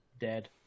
dead